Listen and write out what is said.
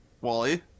wally